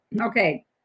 Okay